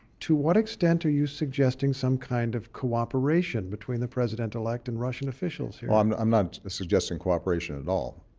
to what extent are you suggesting some kind of cooperation between the president-elect and russian officials here? well, i'm, i'm not suggesting cooperation at all.